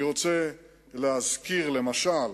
אני רוצה להזכיר, למשל,